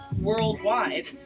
worldwide